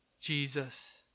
Jesus